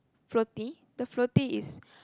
floatie the floatie is